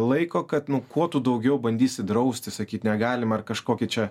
laiko kad nu kuo tu daugiau bandysi drausti sakyt negalima ar kažkokį čia